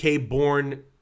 born